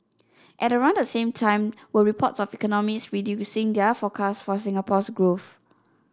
at around the same time were reports of economists reducing their forecast for Singapore's growth